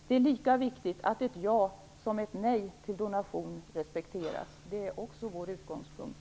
Det är lika viktigt att ett ja till donation respekteras som att ett nej till donation respekteras. Det är också vår utgångspunkt.